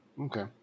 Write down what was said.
Okay